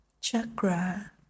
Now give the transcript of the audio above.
chakra